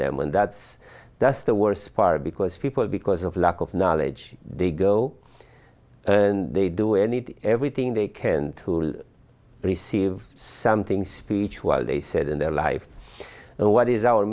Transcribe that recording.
them and that's that's the worst part because people because of lack of knowledge they go and they do anything everything they can to will receive something speech while they said in their life and what is our